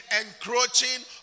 encroaching